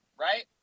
Right